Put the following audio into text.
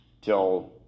till